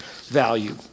value